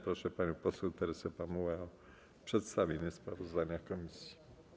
Proszę panią poseł Teresę Pamułę o przedstawienie sprawozdania komisji.